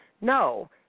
no